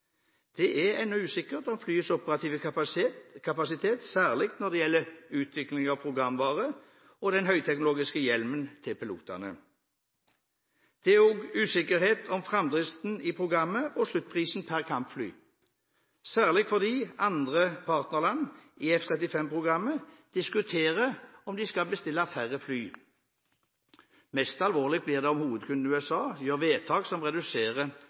Det er ennå usikkerhet om flyets operative kapasitet, særlig når det gjelder utviklingen av programvare og den høyteknologiske hjelmen til pilotene. Det er også usikkerhet om framdriften i programmet og sluttprisen per kampfly, særlig fordi andre partnerland i F-35-programmet diskuterer om de skal bestille færre fly. Mest alvorlig blir det om hovedkunden, USA, gjør vedtak som reduserer